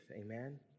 amen